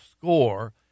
score